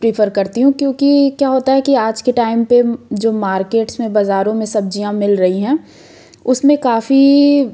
prefer करती हूँ क्योंकि क्या होता है कि आज के टाइम पे जो मार्केटस में बाजारों सब्जियाँ मिल रही हैं उसमें काफ़ी